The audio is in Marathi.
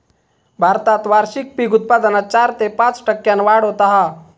भारतात वार्षिक पीक उत्पादनात चार ते पाच टक्क्यांन वाढ होता हा